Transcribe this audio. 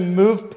move